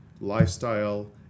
lifestyle